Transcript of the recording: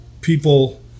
people